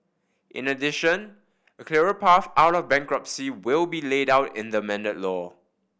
in addition a clearer path out of bankruptcy will be laid out in the amended law